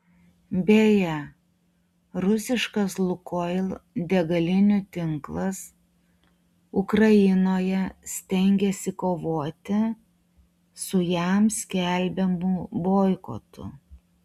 beje rusiškas lukoil degalinių tinklas ukrainoje stengiasi kovoti su jam skelbiamu boikotu